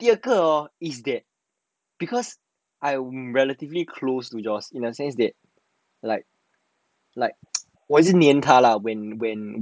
第二个 hor is that because I'm relatively close to joyce in a sense that like like 我一直粘他 lah when when